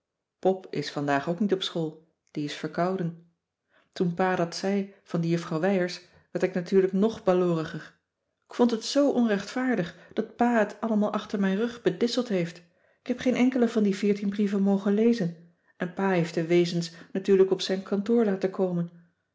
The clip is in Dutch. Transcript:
pop is vandaag ook niet op school die is verkouden toen pa dat zei van die juffrouw wijers werd ik natuurlijk nog balooriger k vond het zoo onrechtvaardig dat pa het allemaal achter mijn rug bedisseld heeft ik heb geen enkele van de veertien brieven mogen lezen en pa heeft de wezens natuurlijk op zijn kantoor laten komen